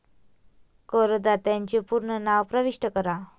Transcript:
करदात्याचे पूर्ण नाव प्रविष्ट करा